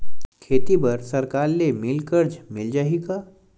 खेती बर सरकार ले मिल कर्जा मिल जाहि का?